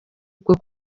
bwo